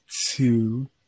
two